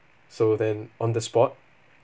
so then on the spot